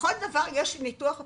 לכל דבר יש ניתוח אפידמיולוגי.